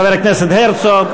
חבר הכנסת הרצוג.